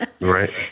Right